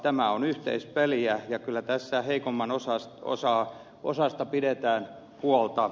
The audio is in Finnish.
tämä on yhteispeliä kyllä tässä heikomman osasta pidetään huolta